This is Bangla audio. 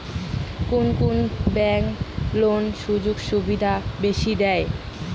কুন কুন ব্যাংক লোনের সুযোগ সুবিধা বেশি দেয়?